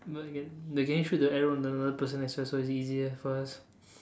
but again they can shoot the arrow on another person as so it's easier for us